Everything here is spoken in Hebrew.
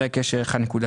מכשירי קשר ב-1.6